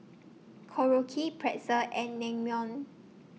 Korokke Pretzel and Naengmyeon